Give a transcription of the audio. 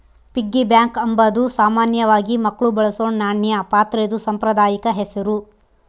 piggy bank ಅಂಬಾದು ಸಾಮಾನ್ಯವಾಗಿ ಮಕ್ಳು ಬಳಸೋ ನಾಣ್ಯ ಪಾತ್ರೆದು ಸಾಂಪ್ರದಾಯಿಕ ಹೆಸುರು